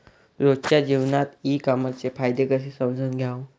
रोजच्या जीवनात ई कामर्सचे फायदे कसे समजून घ्याव?